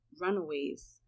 runaways